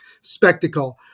spectacle